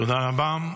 תודה רבה.